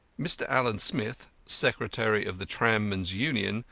mr. allan smith, secretary of the tram-men's union,